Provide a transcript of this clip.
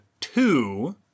two